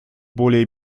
более